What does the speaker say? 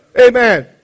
Amen